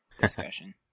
discussion